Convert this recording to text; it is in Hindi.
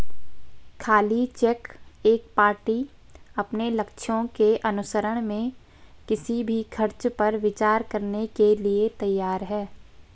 खाली चेक एक पार्टी अपने लक्ष्यों के अनुसरण में किसी भी खर्च पर विचार करने के लिए तैयार है